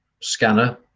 scanner